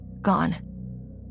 gone